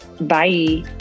Bye